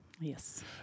Yes